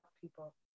people